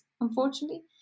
unfortunately